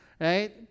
right